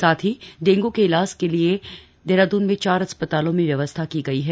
साथ ही डेंगू के इलाज के लिए देहरादून में चार अस्पतालों में व्यवस्था की गई है